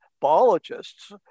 biologists